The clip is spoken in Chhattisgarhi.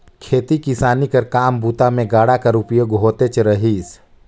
खेती किसानी कर काम बूता मे गाड़ा कर उपयोग होतेच रहिस